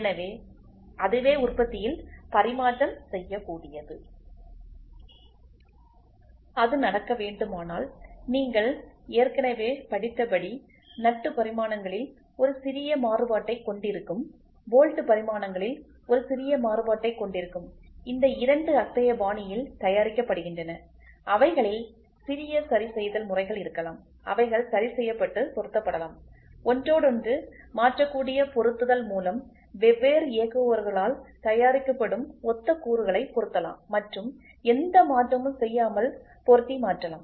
எனவே அதுவே உற்பத்தியில் பரிமாற்றம் செய்யக்கூடியது அது நடக்க வேண்டுமானால் நீங்கள் ஏற்கனவே படித்தபடி நட்டு பரிமாணங்களில் ஒரு சிறிய மாறுபாட்டைக் கொண்டிருக்கும் போல்ட் பரிமாணங்களில் ஒரு சிறிய மாறுபாட்டைக் கொண்டிருக்கும் இந்த 2 அத்தகைய பாணியில் தயாரிக்கப்படுகின்றன அவைகளில் சிறிய சரிசெய்தல் முறைகள் இருக்கலாம் அவைகள் சரிசெய்யப்பட்டு பொருத்தப்படலாம் ஒன்றோடொன்று மாற்றக்கூடிய பொருத்துதல் மூலம் வெவ்வேறு இயக்குபவர்களால் தயாரிக்கப்படும் ஒத்த கூறுகளை பொருத்தலாம் மற்றும் எந்த மாற்றமும் செய்யாமல் பொருத்தி மாற்றலாம்